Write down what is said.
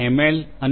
L અને D